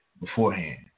beforehand